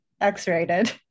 x-rated